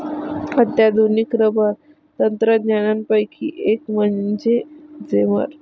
अत्याधुनिक रबर तंत्रज्ञानापैकी एक म्हणजे जेमर